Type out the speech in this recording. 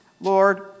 Lord